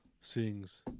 sings